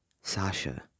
Sasha